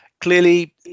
Clearly